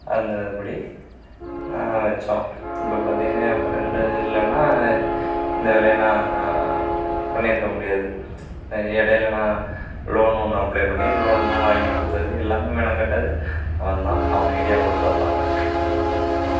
அந்த இது படி வச்சோம் இப்போ பார்த்தீங்கன்னா ஃப்ரெண்ட் இல்லைன்னா இந்த வேலையை நான் பண்ணிருக்க முடியாது இடையில நான் லோன் ஒன்று அப்ளை பண்ணி லோன்லாம் வாங்கி கொடுத்தது எல்லாமே மெனக்கட்டது அவன் தான் அவன் ஐடியா கொடுத்தது தான்